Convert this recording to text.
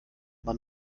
man